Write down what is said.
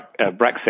Brexit